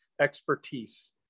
expertise